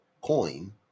coin